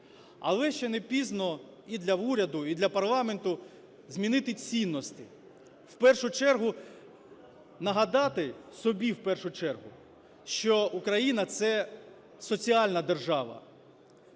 Але ще не пізно і для уряду, і для парламенту змінити цінності. В першу чергу нагадати, собі в першу чергу, що Україна – це соціальна держава.